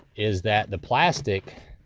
is that the plastic,